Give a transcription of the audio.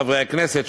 חברי הכנסת,